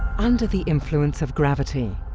under the influence of gravity,